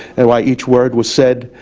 and why each word was said,